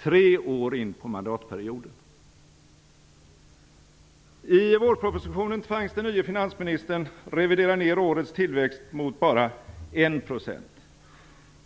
Tre år in på mandatperioden! I vårpropositionen tvangs den nye finansministern revidera ned årets tillväxt mot bara 1 %.